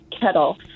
kettle